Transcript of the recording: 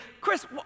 Chris